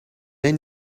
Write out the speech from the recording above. were